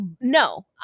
No